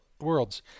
worlds